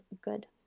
good